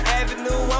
avenue